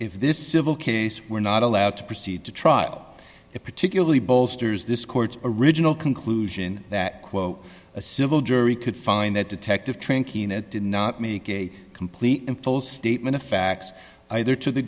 if this civil case were not allowed to proceed to trial it particularly bolsters this court's original conclusion that quote a civil jury could find that detective trained keen it did not make a complete and full statement of facts either to the